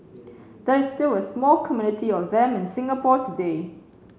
there is still a small community of them in Singapore today